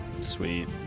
Sweet